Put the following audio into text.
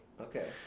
Okay